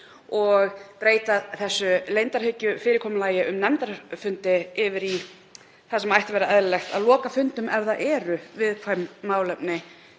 og breyta þessu leyndarhyggjufyrirkomulagi á nefndarfundum yfir í það sem ætti að vera eðlilegt, að loka fundum ef það eru viðkvæm málefni